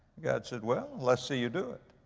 god said, well, let's see you do it.